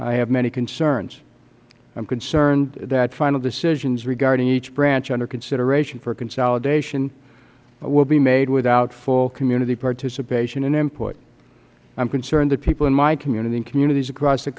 i have many concerns i am concerned that final decisions regarding each branch under consideration for consolidation will be made without full community participation and input i am concerned that people in my community and communities across the